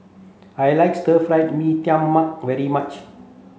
I like Stir Fried Mee Tai Mak very much